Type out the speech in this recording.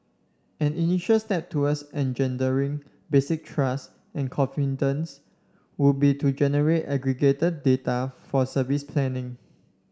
an initial step towards engendering basic trust and confidence would be to generate aggregated data for service planning